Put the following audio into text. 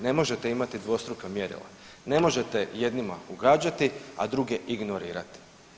Ne možete imati dvostruka mjerila, ne možete jednima ugađati, a druge ignorirati.